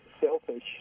selfish